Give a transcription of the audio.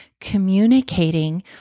communicating